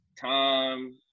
time